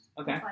Okay